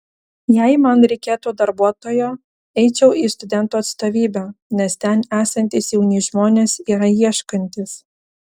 jei man reikėtų darbuotojo eičiau į studentų atstovybę nes ten esantys jauni žmonės yra ieškantys